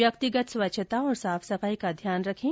व्यक्तिगत स्वच्छता और साफ सफाई का ध्यान रखें